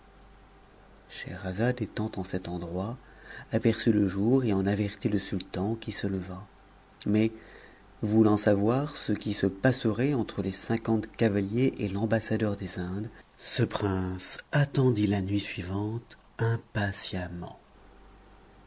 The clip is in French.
scheherazade étant en cet endroit aperçut le jour et en avertit le sultan qui se leva mais voulant savoir ce qui se passerait entre les cinquante cavaliers et l'ambassadeur des indes ce prince attendit la nuit suivante impatiemment